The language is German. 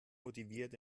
motiviert